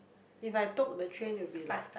if I took the train it will be like